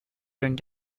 during